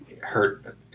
hurt